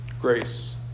grace